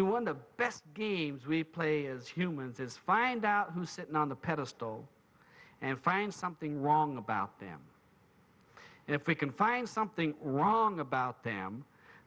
want the best games we play as humans is find out who's sitting on the pedestal and find something wrong about them and if we can find something wrong about them